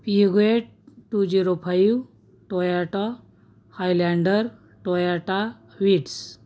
Peugeot two zero five Toyota Highlander Toyota Vitz